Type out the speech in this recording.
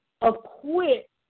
acquit